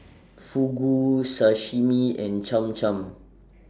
Fugu Sashimi and Cham Cham